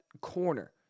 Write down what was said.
corner